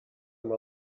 amb